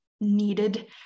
needed